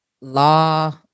law